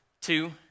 two